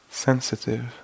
sensitive